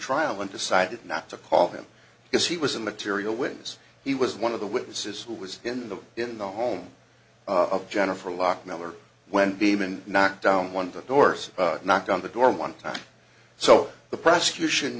trial and decided not to call him because he was a material witness he was one of the witnesses who was in the in the home of jennifer locke miller when demon knocked down one of the doors knocked on the door one time so the prosecution